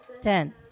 Ten